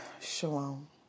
Shalom